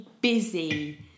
busy